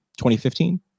2015